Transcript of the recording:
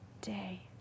day